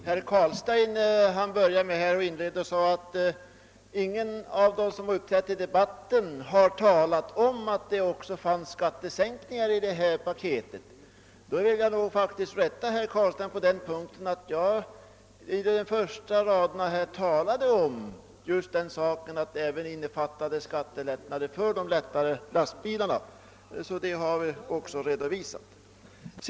Herr talman! Herr Carlstein inledde sitt anförande med att säga att ingen av dem som har uppträtt här i debatten har talat om att det i paketet också ingår skattesänkningar. Jag vill rätta herr Carlstein på den punkten: i de första meningarna i mitt anförande sade jag just att förslaget även innefattar skattelindringar för de lättare lastbilarna. Det har alltså redovisats.